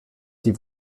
die